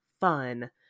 fun